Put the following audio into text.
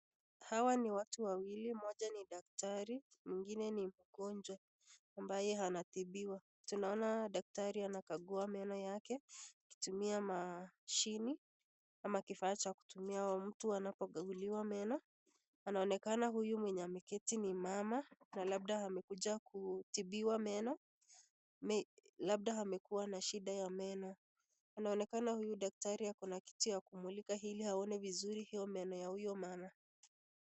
Hawa ni watu wawili moja ni daktari mwengine ni mgonjwa ambaye anatibiwa tunaona daktari anakakua meno yake akitumia mashiniama ama kifaa cha kutumia wakati mtu anakakuliwa meno anaonekana huyu mwenye ameketi ni mama na labda amekuja kutibiwa meno labda amekuwa na shida ya meno, anonekana huyu daktari akona kitu ya kumulika hili aone vizuri hiyo meno ya huyo mama.